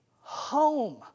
home